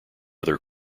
other